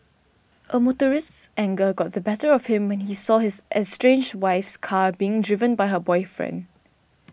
a motorist's anger got the better of him when he saw his estranged wife's car being driven by her boyfriend